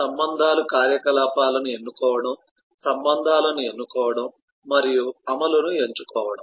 సంబంధాల కార్యకలాపాలను ఎన్నుకోవడం సంబంధాలను ఎన్నుకోవడం మరియు అమలును ఎంచుకోవడం